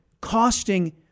costing